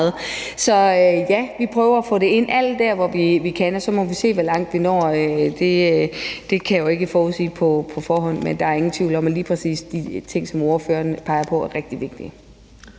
vi prøver at få det ind alle de steder, vi kan, og så må vi se, hvor langt vi når. Det kan jeg jo ikke forudsige, men der er ingen tvivl om, at lige præcis de ting, som ordføreren peger på, er rigtig vigtige.